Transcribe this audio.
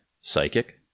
Psychic